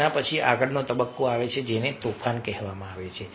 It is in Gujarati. રચના પછી આગળનો તબક્કો આવે છે જેને તોફાન કહેવામાં આવે છે